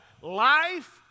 life